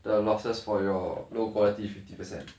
the losses for your low quality fifty percent